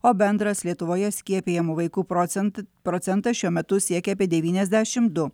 o bendras lietuvoje skiepijamų vaikų procent procentas šiuo metu siekia apie devyniasdešim du